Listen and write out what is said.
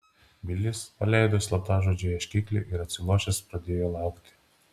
bilis paleido slaptažodžio ieškiklį ir atsilošęs pradėjo laukti